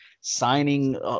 signing